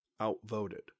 outvoted